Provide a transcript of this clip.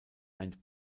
ein